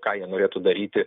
ką jie norėtų daryti